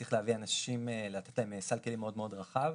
שצריך להביא אנשים ולתת להם סל כלים מאוד-מאוד רחב.